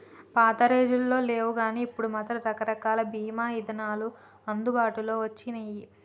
పాతరోజుల్లో లేవుగానీ ఇప్పుడు మాత్రం రకరకాల బీమా ఇదానాలు అందుబాటులోకి వచ్చినియ్యి